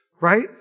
right